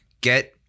get